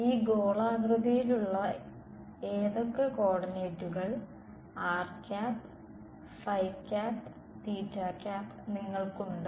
ഈ ഗോളാകൃതിയിലുള്ള ഏതൊക്കെ കോർഡിനേറ്റുകൾ നിങ്ങൾക്കുണ്ട്